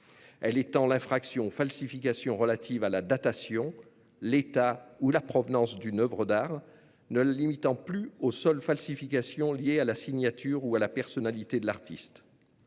Elle étend l'infraction aux falsifications relatives à la datation, l'état ou la provenance d'une oeuvre d'art, sans la limiter aux seules falsifications liées à la signature ou à la personnalité de l'artiste.